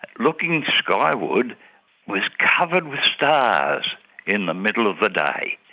looking skyward was covered with stars in the middle of the day,